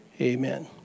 amen